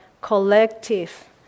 collective